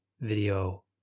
video